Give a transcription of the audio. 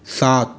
सात